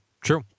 true